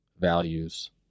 values